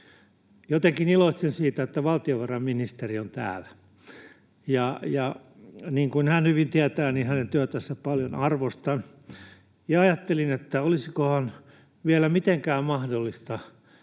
Jotenkin iloitsen siitä, että valtiovarainministeri on täällä, ja niin kuin hän hyvin tietää, hänen työtänsä paljon arvostan, ja ajattelin, että olisikohan vielä mitenkään mahdollista,